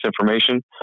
information